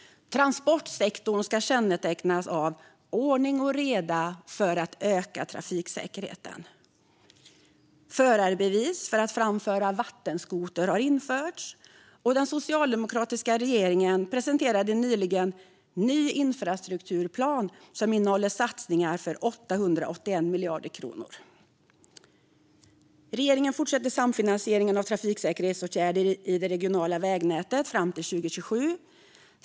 Transportsektorn ska kännetecknas av ordning och reda för att öka trafiksäkerheten. Förarbevis för att framföra vattenskoter har införts, och den socialdemokratiska regeringen presenterade nyligen en ny infrastrukturplan som innehåller satsningar för 881 miljarder kronor. Regeringen fortsätter samfinansieringen av trafiksäkerhetsåtgärder i det regionala vägnätet fram till 2027.